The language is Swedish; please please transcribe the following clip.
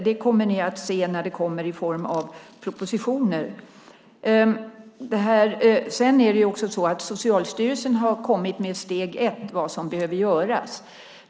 Det kommer ni att se när det kommer i form av propositioner. Det är också så att Socialstyrelsen har kommit med steg ett i vad som behöver göras.